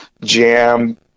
jam